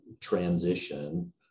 transition